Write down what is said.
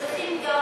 צריכים גם